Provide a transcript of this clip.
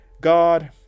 God